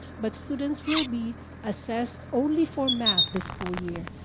but students will be assessed only for math this school year.